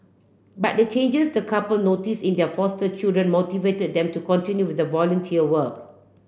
but the changes the couple notice in their foster children motivated them to continue with volunteer work